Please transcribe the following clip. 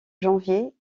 janvier